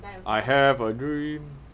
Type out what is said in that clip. I have a dream